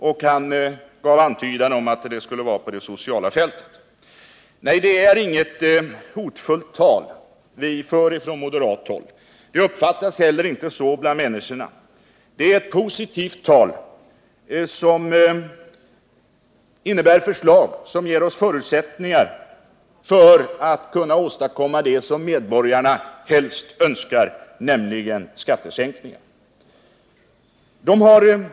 Herr Feldt gjorde en antydan om att det skulle vara på det sociala fältet. Nej, det är inget hotfullt tal vi för från moderat håll. Det uppfattas inte heller så bland människorna. Det är ett positivt tal, som innebär förslag som ger oss förutsättningar att kunna åstadkomma det som medborgarna helst önskar, nämligen skattesänkningar.